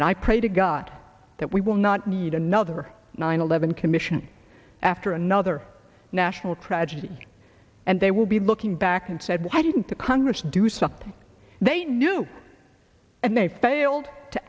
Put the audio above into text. and i pray to god that we will not need another nine eleven commission after another national tragedy and they will be looking back and said why didn't the congress do something they knew and they failed to